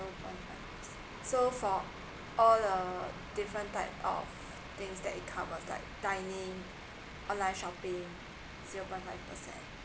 so for all uh different types of things it covers like dining online shopping